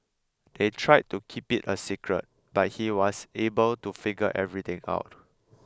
they tried to keep it a secret but he was able to figure everything out